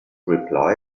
reply